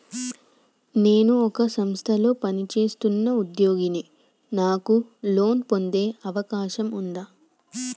నేను ఒక సంస్థలో పనిచేస్తున్న ఉద్యోగిని నాకు లోను పొందే అవకాశం ఉందా?